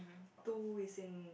two is in